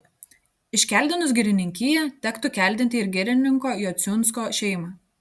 iškeldinus girininkiją tektų keldinti ir girininko jociunsko šeimą